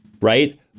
right